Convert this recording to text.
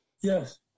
Yes